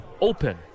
open